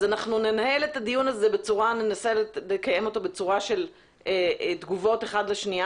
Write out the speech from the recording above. אז אנחנו ננסה לקיים את הדיון הזה בצורה של תגובות אחד לשני,